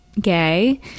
gay